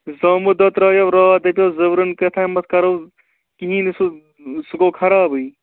زامُت دۄد ترٛایو راتھ دَپیٛو زوٚرُن کیٛاہتام کَرَو کِہیٖنٛۍ نہٕ سُہ سُہ گوٚو خرابٕے